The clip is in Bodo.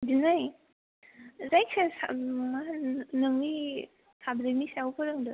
दिनै जायखिया सा मा होनो नोंनि साबजेखनि सायाव फोरोंदो